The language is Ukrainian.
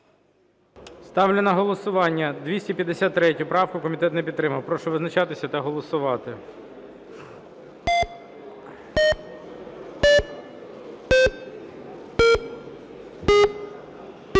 Ставлю на голосування 253 правку. Комітет не підтримав. Прошу визначатися та голосувати.